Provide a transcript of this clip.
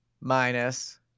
minus